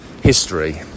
history